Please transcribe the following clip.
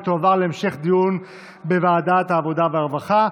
ותועבר להמשך דיון בוועדת העבודה והרווחה.